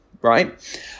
Right